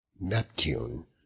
Neptune